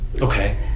Okay